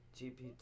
GPT